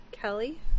Kelly